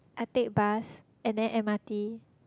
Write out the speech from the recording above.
I take bus and then M_R_T